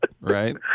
Right